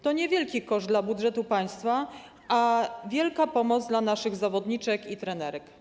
To niewielki koszt dla budżetu państwa, a wielka pomoc dla naszych zawodniczek i trenerek.